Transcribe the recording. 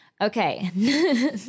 Okay